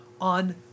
on